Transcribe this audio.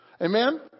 Amen